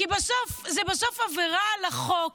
כי זאת בסוף עבירה על החוק